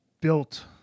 built